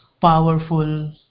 powerful